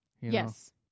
Yes